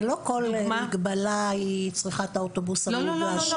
אבל לא כל מגבלה היא היא צריכה את האוטובוס המונגש?